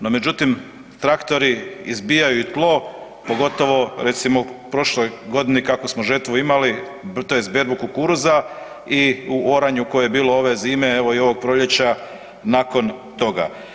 No, međutim traktori izbijaju tlo pogotovo recimo u prošloj godini kakvu smo žetvu imali tj. berbu kukuruza i u oranju koje je bilo ove zime evo i ovog proljeća nakon toga.